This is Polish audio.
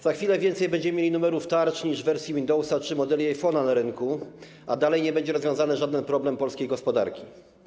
Za chwilę będziemy mieli więcej numerów tarcz niż wersji Windowsa czy modeli iPhone’a na rynku, a dalej nie będzie rozwiązany żaden problem polskiej gospodarki.